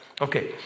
Okay